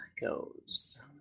goes